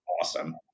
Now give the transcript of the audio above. awesome